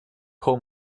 pull